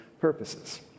purposes